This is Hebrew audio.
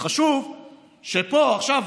חשוב שפה, עכשיו,